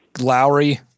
Lowry